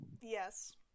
Yes